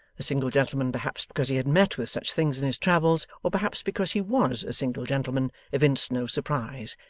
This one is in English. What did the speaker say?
single gentleman, perhaps because he had met with such things in his travels, or perhaps because he was a single gentleman, evinced no surprise,